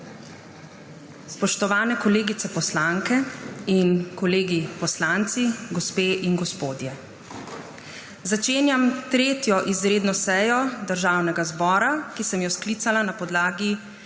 Spoštovani kolegice poslanke in kolegi poslanci, gospe in gospodje! Začenjam 3. izredno sejo Državnega zbora, ki sem jo sklicala na podlagi